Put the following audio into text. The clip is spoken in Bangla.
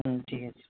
হুম ঠিক আছে